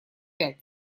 пять